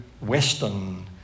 Western